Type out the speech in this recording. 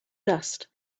dust